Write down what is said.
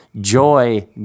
Joy